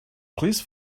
please